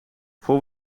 voor